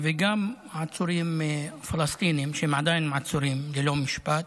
וגם עצורים פלסטינים שעדיין עצורים ללא משפט.